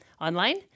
Online